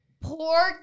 poor